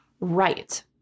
right